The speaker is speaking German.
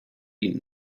dient